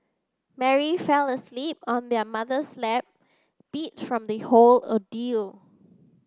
Mary fell asleep on their mother's lap beat from the whole ordeal